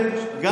נכון.